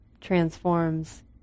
transforms